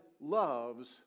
loves